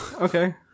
Okay